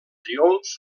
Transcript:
triomf